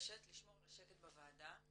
מבקשת לשמור על השקט בוועדה,